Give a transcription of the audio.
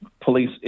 police